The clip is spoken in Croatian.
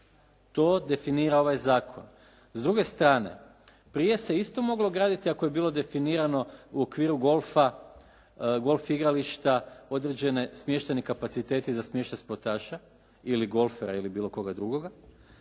To definira ovaj zakon. S druge strane prije se isto moglo graditi ako je bilo definirano u okviru golfa, golf igrališta određeni smještajni kapaciteti za smještaj sportaša ili golfera ili bilo koga drugoga,